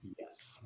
Yes